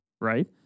right